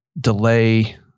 delay